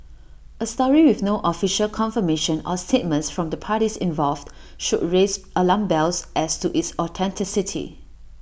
A story with no official confirmation or statements from the parties involved should raise alarm bells as to its authenticity